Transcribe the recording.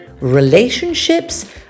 relationships